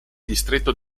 distretto